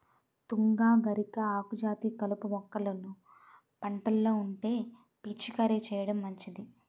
తుంగ, గరిక, ఆకుజాతి కలుపు మొక్కలు పంటలో ఉంటే పిచికారీ చేయడం మంచిది